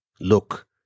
Look